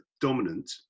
dominant